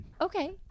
Okay